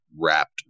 wrapped